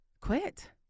quit